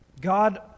God